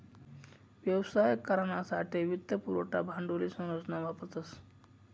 व्यवसाय करानासाठे वित्त पुरवठा भांडवली संरचना वापरतस